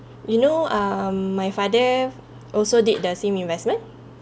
you know um my father also did the same investment